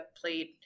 played